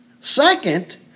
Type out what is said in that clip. Second